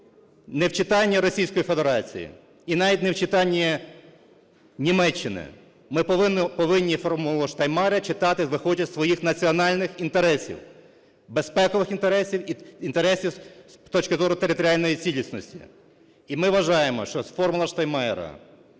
не в читанні Російської Федерації і навіть не в читанні Німеччини, ми повинні "формулу Штайнмайєра" читати, виходячи з своїх національних інтересів, безпекових інтересів і інтересів з точки зору територіальної цілісності. І ми вважаємо, що "формула Штайнмайєра",